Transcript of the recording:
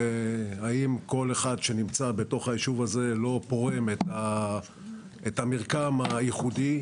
האם כל אחד שנמצא בתוך הישוב הזה לא פורם את המרקם הייחודי.